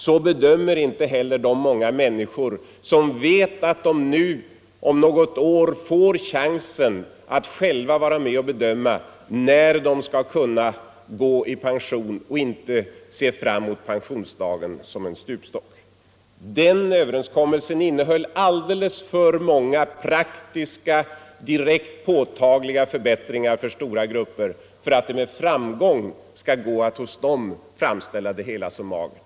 Så bedömer inte heller de många människor det som vet att de nu om något år får chansen att själva vara med och avgöra när de skall gå i pension Nr 134 och SIippen att se fram emot pensionsdagen som en stupstock. : Onsdagen den Hagaöverenskommelsen innehöll alldeles för många praktiska, direkt 4 december 1974 påtagliga förbättringar för stora grupper för att det med framgång skall gå att hos dem framställa resultatet av överenskommelsen som magert.